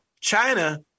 China